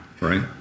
right